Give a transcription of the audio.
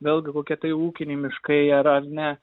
vėlgi kokie tai ūkiniai miškai ar ar ne